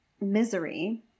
misery